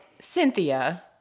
Cynthia